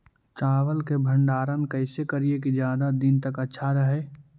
चावल के भंडारण कैसे करिये की ज्यादा दीन तक अच्छा रहै?